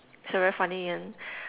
it's a very funny one